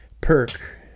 perk